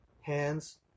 hands